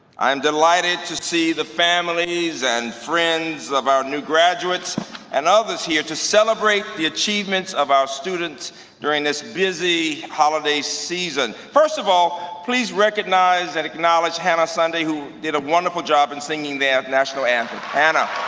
i am delighted to see the families and friends of our new graduates and others here to celebrate the achievements of our students during this busy holiday season. first of all, please recognize and acknowledge hannah sunday, who did a wonderful job in singing the ah national anthem. hannah.